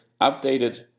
updated